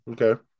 Okay